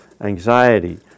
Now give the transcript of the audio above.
anxiety